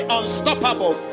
unstoppable